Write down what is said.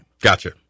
Gotcha